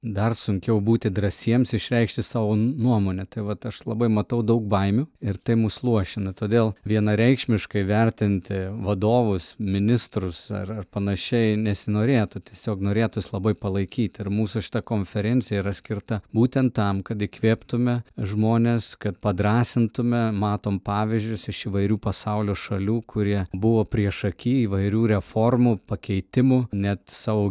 dar sunkiau būti drąsiems išreikšti savo nuomonę tai vat aš labai matau daug baimių ir tai mus luošina todėl vienareikšmiškai vertinti vadovus ministrus ar ar panašiai nesinorėtų tiesiog norėtųs labai palaikyti ir mūsų šita konferencija yra skirta būtent tam kad įkvėptume žmones kad padrąsintume matom pavyzdžius iš įvairių pasaulio šalių kurie buvo priešaky įvairių reformų pakeitimų net savo